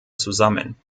zusammen